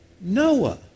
Noah